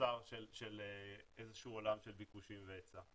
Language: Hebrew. תוצר של איזה שהוא עולם של ביקושים והיצע.